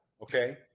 okay